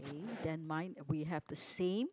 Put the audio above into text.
then mine we have the same